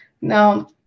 Now